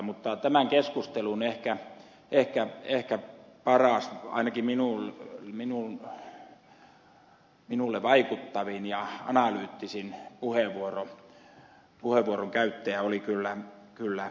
mutta tämän keskustelun ehkä paras ainakin minulle vaikuttavin ja analyyttisin puheenvuoron käyttäjä oli kyllä ed